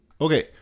Okay